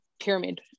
pyramid